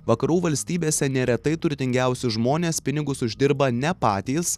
vakarų valstybėse neretai turtingiausi žmonės pinigus uždirba ne patys